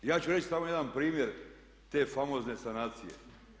I ja ću reći samo jedan primjer te famozne sanacije.